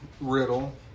Riddle